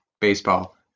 Baseball